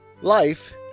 Life